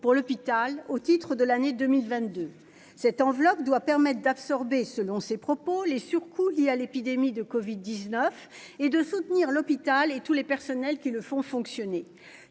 pour l'hôpital au titre de l'année 2022 cette enveloppe doit permettre d'absorber, selon ses propos, les surcoûts liés à l'épidémie de Covid 19 et de soutenir l'hôpital et tous les personnels qui le font fonctionner